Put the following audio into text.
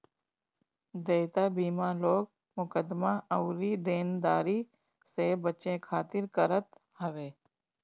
देयता बीमा लोग मुकदमा अउरी देनदारी से बचे खातिर करत हवे